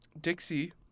Dixie